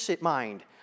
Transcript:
mind